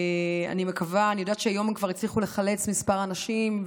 אני יודעת שהיום כבר הצליחו לחלץ כמה אנשים,